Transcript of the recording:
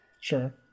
Sure